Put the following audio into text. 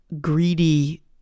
greedy